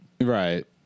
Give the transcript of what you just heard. Right